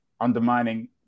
undermining